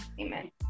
Amen